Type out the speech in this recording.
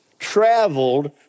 traveled